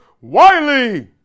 Wiley